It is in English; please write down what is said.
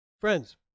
friends